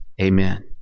Amen